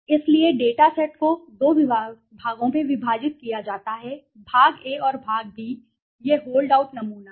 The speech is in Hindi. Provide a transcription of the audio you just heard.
इसलिए मैं डेटा सेट को दो भागों में विभाजित कर रहा हूं भाग A और भाग B यह मेरा होल्ड आउट नमूना है